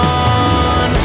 on